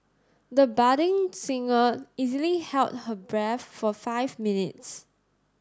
the budding singer easily held her breath for five minutes